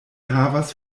havas